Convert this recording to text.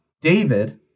David